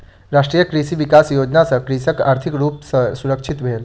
राष्ट्रीय कृषि विकास योजना सॅ कृषक आर्थिक रूप सॅ सुरक्षित भेल